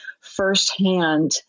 firsthand